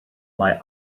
mae